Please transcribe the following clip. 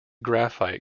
graphite